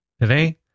today